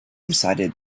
decided